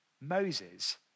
Moses